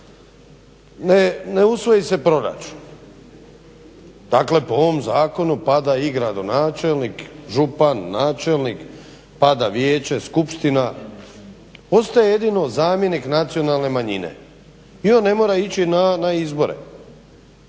Ne usvoji se proračun, dakle po ovom zakonu pada i gradonačelnik, župan, načelnik, pada vijeće, skupština, ostaje jedino zamjenik nacionalne manjine i on ne mora ići na izbore.